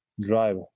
drive